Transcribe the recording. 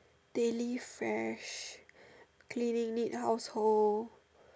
daily fresh clean neat neat household